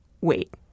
wait